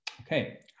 okay